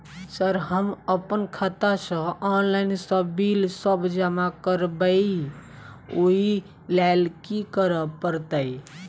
Sir हम अप्पन खाता सऽ ऑनलाइन सऽ बिल सब जमा करबैई ओई लैल की करऽ परतै?